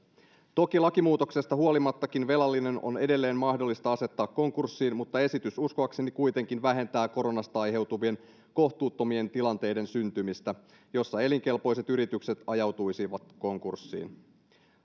toki lakimuutoksesta huolimattakin velallinen on edelleen mahdollista asettaa konkurssiin mutta esitys uskoakseni kuitenkin vähentää koronasta aiheutuvien kohtuuttomien tilanteiden syntymistä joissa elinkelpoiset yritykset ajautuisivat konkurssiin